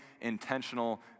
intentional